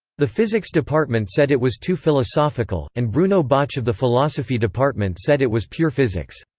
the physics department said it was too philosophical, and bruno bauch of the philosophy department said it was pure physics.